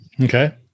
Okay